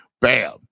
Bam